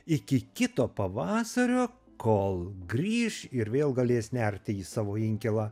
iki kito pavasario kol grįš ir vėl galės nerti į savo inkilą